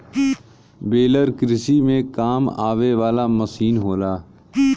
baler कृषि में काम आवे वाला मसीन होला